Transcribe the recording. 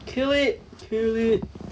kill it kill it